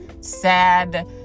sad